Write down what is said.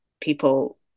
people